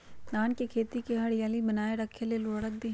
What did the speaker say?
धान के खेती की हरियाली बनाय रख लेल उवर्रक दी?